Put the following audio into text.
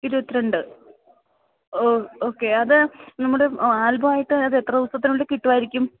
ഇരുപത്തി രണ്ട് ഓക്കേ അത് നമ്മുടെ ആൽബം ആയിട്ട് അത് എത്ര ദിവസത്തിനുള്ളിൽ കിട്ടുമായിരിക്കും